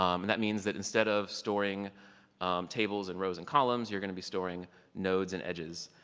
um that means that instead of storing tables in rows and columns, you're gonna be storing nodes and edges,